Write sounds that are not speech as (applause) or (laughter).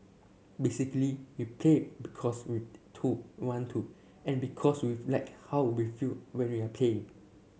basically we play because we to want to and because (unintelligible) like how we feel when (unintelligible) are play